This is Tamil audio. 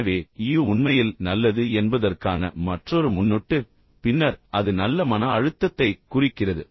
எனவே ஈயு உண்மையில் நல்லது என்பதற்கான மற்றொரு முன்னொட்டு பின்னர் அது நல்ல மன அழுத்தத்தைக் குறிக்கிறது